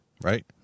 right